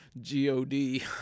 G-O-D